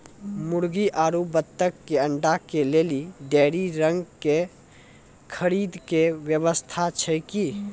मुर्गी आरु बत्तक के अंडा के लेली डेयरी रंग के खरीद के व्यवस्था छै कि?